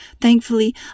Thankfully